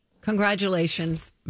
Congratulations